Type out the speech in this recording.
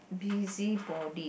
busybody